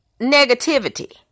negativity